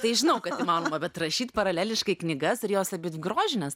tai žinau kad įmanoma bet rašyt paraleliškai knygas ir jos abidvi grožinės